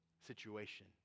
situation